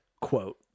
quote